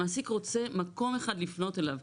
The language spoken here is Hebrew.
המעסיק רוצה מקום אחד לפנות אליו.